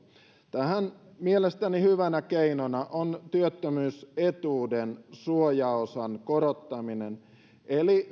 tähän mielestäni hyvä keino on työttömyysetuuden suojaosan korottaminen eli